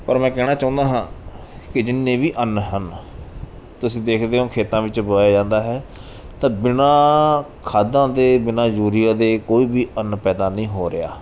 ਪਰ ਮੈਂ ਕਹਿਣਾ ਚਾਹੁੰਦਾ ਹਾਂ ਕਿ ਜਿੰਨੇ ਵੀ ਅੰਨ ਹਨ ਤੁਸੀਂ ਦੇਖਦੇ ਹੋ ਖੇਤਾਂ ਵਿੱਚ ਉਗਾਇਆ ਜਾਂਦਾ ਹੈ ਤਾਂ ਬਿਨਾਂ ਖਾਦਾ ਦੇ ਬਿਨਾਂ ਯੂਰੀਆ ਦੇ ਕੋਈ ਵੀ ਅੰਨ ਪੈਦਾ ਨਹੀਂ ਹੋ ਰਿਹਾ